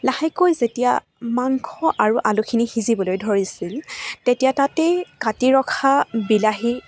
লাহেকৈ যেতিয়া মাংস আৰু আলুখিনি সিজিবলৈ ধৰিছিল তেতিয়া তাতে কাটি ৰখা বিলাহী